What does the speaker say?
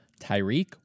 Tyreek